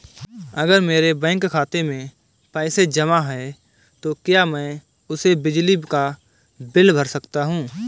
अगर मेरे बैंक खाते में पैसे जमा है तो क्या मैं उसे बिजली का बिल भर सकता हूं?